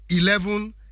eleven